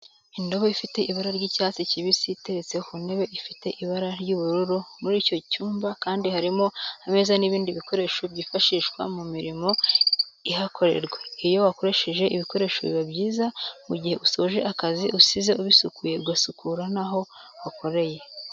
Indobo ifite ibara ry'icyats kibisi iteretse ku ntebe ifite ibara ry'ubururu, muri icyo cyumba kandi harimo ameza n'ibindi bikoresho byifashishwa mu mirimo ihakorerwa, iyo wakoresheje ibikoresho biba byiza mu gihe usoje akazi usize ubisukuye ugasukura naho wakoreye.